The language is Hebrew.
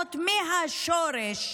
להשתנות מהשורש